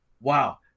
wow